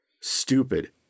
stupid